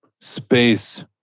space